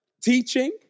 Teaching